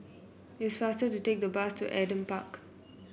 it's faster to take the bus to Adam Park